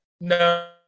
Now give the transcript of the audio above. No